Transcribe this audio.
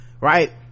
right